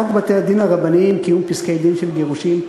חוק בתי-דין רבניים (קיום פסקי-דין של גירושין),